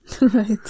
right